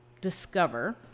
discover